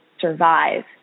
survive